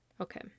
Okay